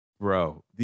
Bro